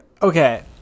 Okay